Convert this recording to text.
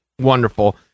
wonderful